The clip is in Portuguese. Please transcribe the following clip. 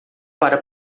para